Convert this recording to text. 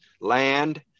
land